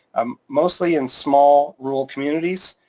um mostly in small rural communities,